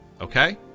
Okay